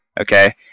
Okay